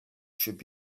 should